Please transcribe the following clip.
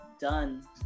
done